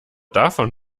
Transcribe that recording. davon